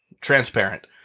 Transparent